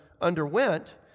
underwent